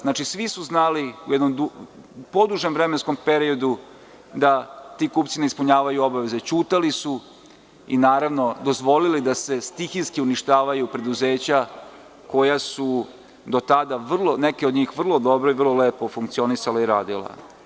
Znači, svi su znali u jednom podužem vremenskom periodu da ti kupci ne ispunjavaju obaveze, ćutali su i dozvolili da se stihijski uništavaju preduzeća koja su do tada, neka od njih, vrlo dobro i vrlo lepo funkcionisala i radila.